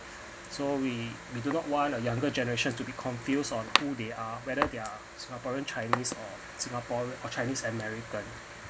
so we we do not want a younger generations to be confused on who they are whether they're singaporean chinese or singaporean or chinese american